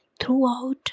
throughout